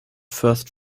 first